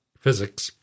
physics